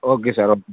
okay sir okay